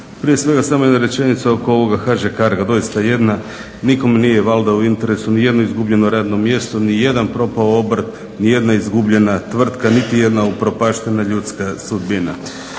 Prije svega samo jedna rečenica oko ovoga HŽ-Carga, doista jedna, nikome nije valjda u interesu ni jedno izgubljeno radno mjesto, ni jedan propao obrt, ni jedna izgubljena tvrtka, niti jedna upropaštena ljudska sudbina.